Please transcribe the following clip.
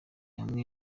hamwe